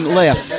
left